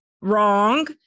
wrong